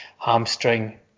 hamstring